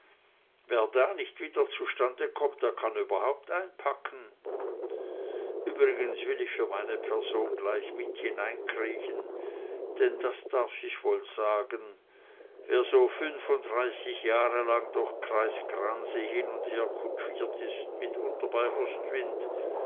wer da nicht wieder zu stande kommt der kann überhaupt einpacken übrigens will ich für meine person gleich mit hineinkriechen denn das darf ich wohl sagen wer so fünfunddreißig jahre lang durch kreis gransee hin und her kutschiert ist mitunter bei ostwind